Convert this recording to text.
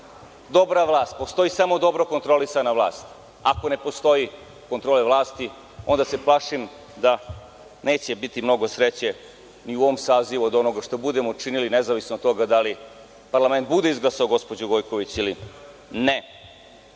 dobra vlast. Postoji samo dobro kontrolisana vlast. Ako ne postoji kontrola vlasti, onda se plašim da neće biti mnogo sreće ni u ovom sazivu od ono što budemo učinili, nezavisno od toga da li parlament bude izglasao gospođu Gojković ili